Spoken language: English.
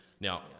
now